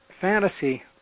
fantasy